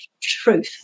truth